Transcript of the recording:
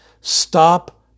Stop